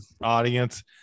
audience